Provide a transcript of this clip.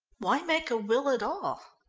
why make a will at all?